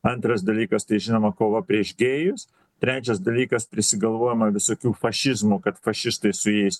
antras dalykas tai žinoma kova prieš gėjus trečias dalykas prisigalvojama visokių fašizmų kad fašistai su jais